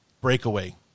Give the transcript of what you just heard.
breakaway